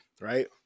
right